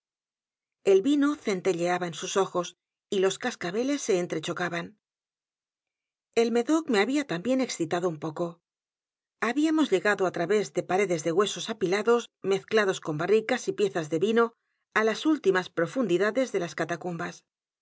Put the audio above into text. el vino centelleaba en sus ojos y los cascabeles s e entrechocaban e l medoc me había también excitado un poco habíamos llegado á través de paredes de huesos apilados mezclados con barricas y piezas de vino á las últiedgar poe novelas y cuentos mas profundidades de las catacumbas